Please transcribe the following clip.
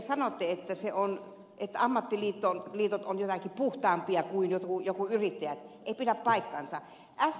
se mitä te sanotte että ammattiliitot ovat jotenkin puhtaampia kuin jotkut yrittäjät ei pidä paikkaansa